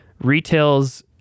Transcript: retails